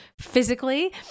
physically